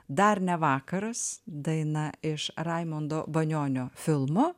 dar ne vakaras daina iš raimundo banionio filmo